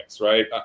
right